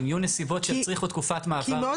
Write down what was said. אם יהיו נסיבות שיצריכו תקופת מעבר ארוכה יותר?